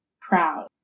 proud